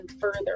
further